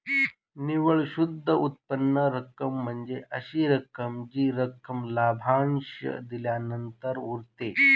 निव्वळ शुद्ध उत्पन्न रक्कम म्हणजे अशी रक्कम जी रक्कम लाभांश दिल्यानंतर उरते